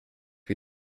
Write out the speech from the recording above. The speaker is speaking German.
wie